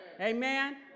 Amen